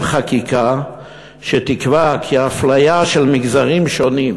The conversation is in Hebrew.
חקיקה שתקבע כי אפליה של מגזרים שונים